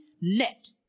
Net